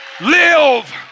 Live